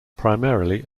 primarily